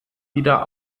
wieder